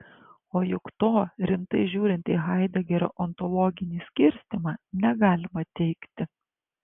o juk to rimtai žiūrint į haidegerio ontologinį skirstymą negalima teigti